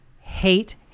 hate